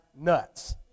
Nuts